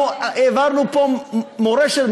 העברנו פה מורשת,